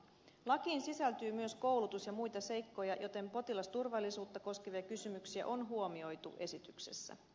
lakiin sisältyy myös koulutus ja muita seikkoja joten potilasturvallisuutta koskevia kysymyksiä on huomioitu esityksessä